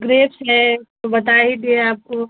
grapes है तो बता ही दिए आपको